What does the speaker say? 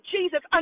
Jesus